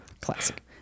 Classic